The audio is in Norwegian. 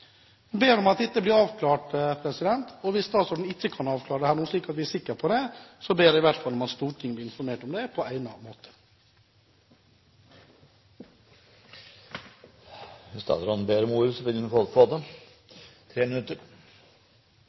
ber om at dette blir avklart. Hvis statsråden ikke kan avklare dette nå, slik at vi er sikker på det, ber jeg i hvert fall om at Stortinget blir informert om det på en egnet måte. Jeg skal kvalitetssikre svaret, men det jeg greier å få klargjort i en passiar med ekspertene som sitter i losjen, er at det